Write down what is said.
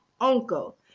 uncle